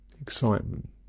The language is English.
excitement